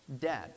dead